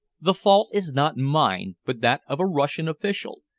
the fault is not mine, but that of a russian official.